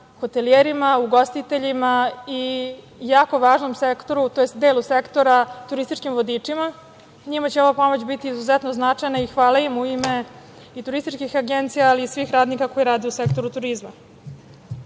hotelijerima, ugostiteljima i jako važnom sektoru tj. delu sektora turističkim vodičima, njima će ova pomoć biti izuzetno značajna i hvala im u ime i turističkih agencija, ali i svih radnika koji rade u sektoru turizma. Sa